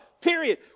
period